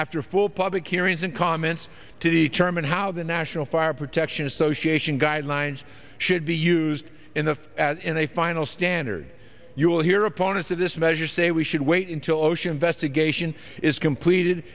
after full public hearings and comments to determine how the national fire protection association guidelines should be used in the in a final standard you will hear opponents of this measure say we should wait until ocean investigation is completed